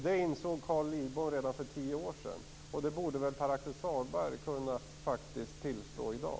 Det insåg Carl Lidbom redan för tio år sedan, och det borde väl Pär Axel Sahlberg kunna tillstå i dag.